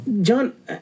John